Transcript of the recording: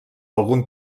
algun